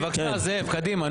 בבקשה, זאב, קדימה.